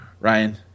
Ryan